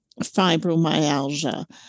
fibromyalgia